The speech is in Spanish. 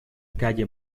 calle